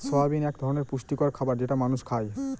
soybean এক ধরনের পুষ্টিকর খাবার যেটা মানুষ খায়